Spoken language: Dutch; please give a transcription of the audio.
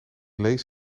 lees